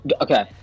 okay